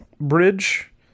Bridge